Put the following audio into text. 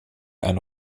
eine